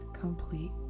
complete